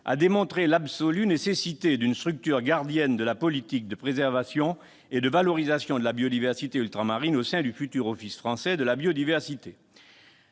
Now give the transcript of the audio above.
à démontrer l'absolue nécessité d'une structure gardienne de la politique de préservation et de valorisation de la biodiversité ultramarine au sein du futur Office français de la biodiversité.